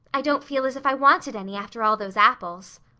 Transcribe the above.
i don't feel as if i wanted any after all those apples.